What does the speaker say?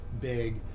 big